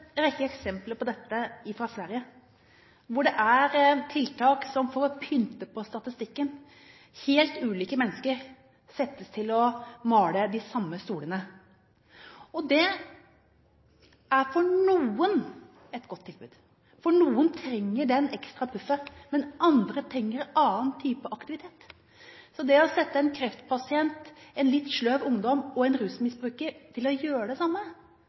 rekke eksempler på dette fra Sverige, hvor de har tiltak for å pynte på statistikken: Helt ulike mennesker settes til å male de samme stolene. Det er for noen et godt tilbud, for noen trenger det ekstra puffet, men andre trenger annen type aktivitet. Så det å sette en kreftpasient, en litt sløv ungdom og en rusmisbruker til å gjøre det samme